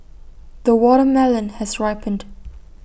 the watermelon has ripened